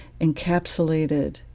encapsulated